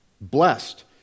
blessed